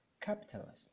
capitalism